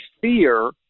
fear